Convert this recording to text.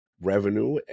revenue